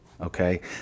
okay